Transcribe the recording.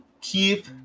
keep